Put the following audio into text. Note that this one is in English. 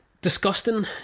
disgusting